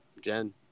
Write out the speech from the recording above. Jen